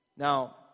Now